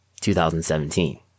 2017